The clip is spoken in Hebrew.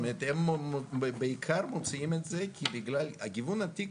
הם בעיקר מוציאים את זה --- גיוון התיק